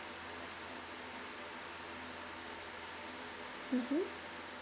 mmhmm